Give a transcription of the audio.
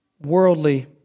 worldly